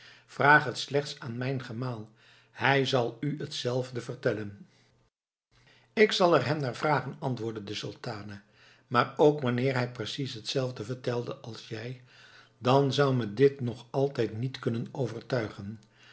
vraag het slechts aan mijn gemaal hij zal u t zelfde vertellen ik zal er hem naar vragen antwoordde de sultane maar ook wanneer hij precies hetzelfde vertelde als jij dan zou me dit nog altijd niet kunnen overtuigen